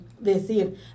decir